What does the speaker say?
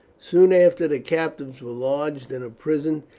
soon after the captives were lodged in a prison,